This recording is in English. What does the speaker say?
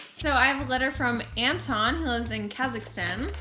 so i have a letter from anton hos in kazakhstan,